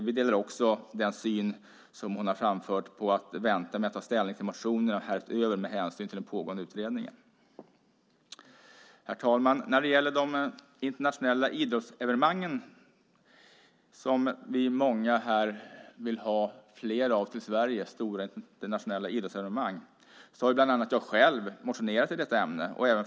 Vi delar också den syn hon har framfört om att vänta med att ta ställning till motionerna med hänsyn till den pågående utredningen. Herr talman! När det gäller de stora internationella idrottsevenemang som många här vill ha fler av till Sverige har bland andra jag själv motionerat i detta ämne.